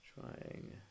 Trying